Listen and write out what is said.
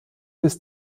ist